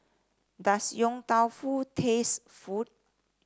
does Tong Tau Foo taste food